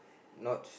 notch